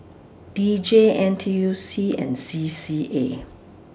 D J N T U C and C C A